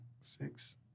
six